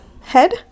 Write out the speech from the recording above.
head